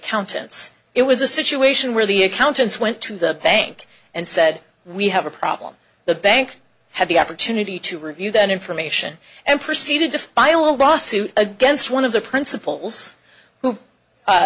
countenance it was a situation where the accountants went to the bank and said we have a problem the bank had the opportunity to review that information and proceeded to file a lawsuit against one of the principals who